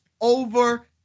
over